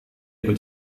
ikut